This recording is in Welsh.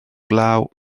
glaw